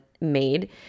made